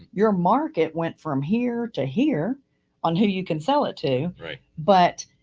your market went from here to here on who you can sell it to but,